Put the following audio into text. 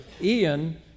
Ian